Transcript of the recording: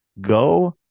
go